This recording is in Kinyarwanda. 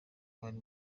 bari